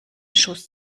schuss